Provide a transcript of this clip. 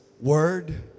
Word